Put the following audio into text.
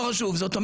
זה אומר